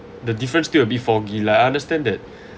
the different skill a bit foggy lah I understand that